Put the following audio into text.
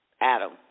Adam